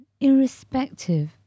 irrespective